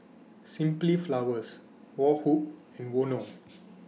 Simply Flowers Woh Hup and Vono